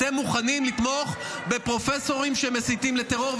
אתם מוכנים לתמוך בפרופסורים שמסיתים לטרור,